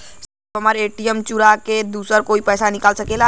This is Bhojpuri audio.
साहब हमार ए.टी.एम चूरा के दूसर कोई पैसा निकाल सकेला?